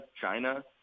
China